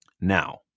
now